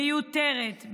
מיותרת,